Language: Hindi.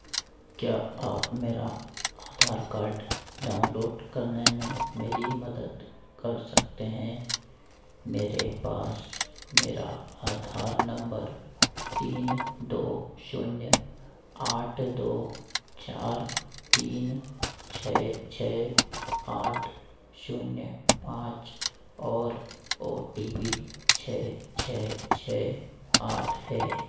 क्या आप मेरा आधार कार्ड डाउनलोड करने में मेरी मदद कर सकते हैं मेरे पास मेरा आधार नंबर तीन दो शून्य आठ दो चार तीन छः छः आठ शून्य पाँच और ओ टी पी छः छः छः आठ है